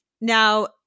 Now